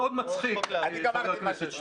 מאוד מצחיק, חבר הכנסת שטרן.